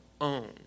own